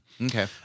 Okay